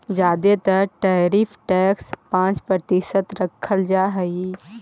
जादे तर tariff tax पाँच प्रतिशत रखल जा हई